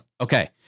Okay